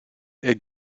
est